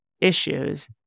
issues